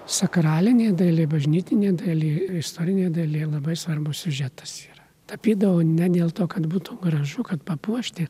sakralinėj dailėj bažnytinėj dailėj istorinėje dailėje labai svarbus siužetas yra tapydavo ne dėl to kad būtų gražu kad papuošti